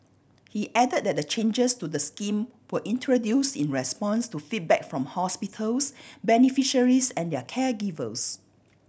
he add that the changes to the scheme were introduce in response to feedback from hospitals beneficiaries and their caregivers